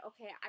okay